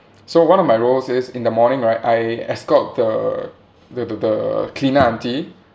so one of my roles is in the morning right I escort the the the the cleaner aunty